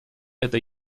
это